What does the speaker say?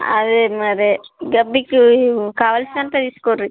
అది మరీ మీకు కావలసినంత తీసుకోండి